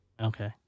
okay